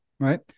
right